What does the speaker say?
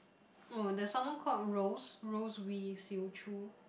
oh there is someone call Rose Rose Wee Siew Choo